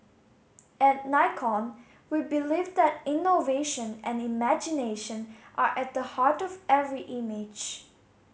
at Nikon we believe that innovation and imagination are at the heart of every image